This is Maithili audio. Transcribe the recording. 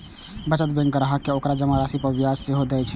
बचत बैंक ग्राहक कें ओकर जमा राशि पर ब्याज सेहो दए छै